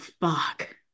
fuck